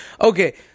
okay